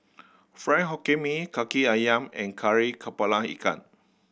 Fried Hokkien Mee Kaki Ayam and Kari Kepala Ikan